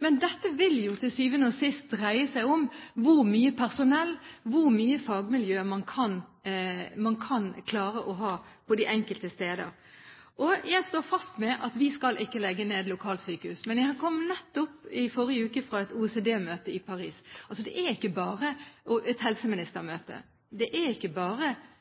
Men dette vil jo til syvende og sist dreie seg om hvor mye personell og hvor mye fagmiljø man kan klare å ha på de enkelte steder. Jeg står fast ved at vi ikke skal legge ned lokalsykehus. Men jeg kom nettopp, i forrige uke, fra et OECD-møte, et helseministermøte, i Paris. Det er ikke bare